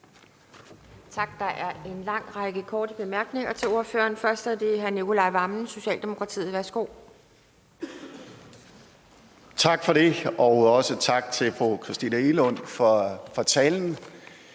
Tak for det, og også tak til fru Christina Egelund for talen.